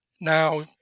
now